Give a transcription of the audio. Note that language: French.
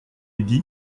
dit